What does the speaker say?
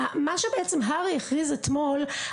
מה שבעצם הר"י הכריז אתמול,